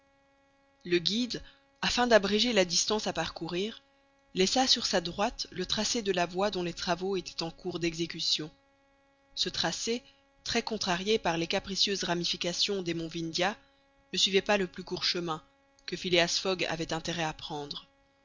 le guide afin d'abréger la distance à parcourir laissa sur sa droite le tracé de la voie dont les travaux étaient en cours d'exécution ce tracé très contrarié par les capricieuses ramifications des monts vindhias ne suivait pas le plus court chemin que phileas fogg avait intérêt à prendre